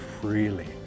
freely